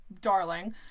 darling